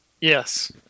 Yes